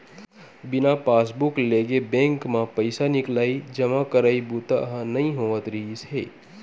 बिना पासबूक लेगे बेंक म पइसा निकलई, जमा करई बूता ह नइ होवत रिहिस हे